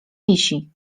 wisi